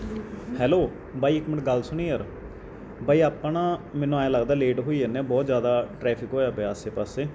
hello ਬਾਈ ਇੱਕ minute ਗੱਲ ਸੁਣੀ ਯਾਰ ਬਾਈ ਆਪਾਂ ਨਾ ਮੈਨੂੰ ਅਏਂ ਲੱਗਦਾ ਲੇਟ ਹੋਈ ਜਾਂਦੇ ਹਾਂ ਬਹੁਤ ਜ਼ਿਆਦਾ ਟਰੈਫਿਕ ਹੋਇਆ ਪਿਆ ਆਸੇ ਪਾਸੇ